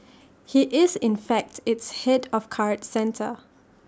he is in fact its Head of card centre